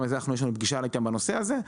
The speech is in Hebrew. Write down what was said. יש לנו פגישה איתם על הנושא הזה,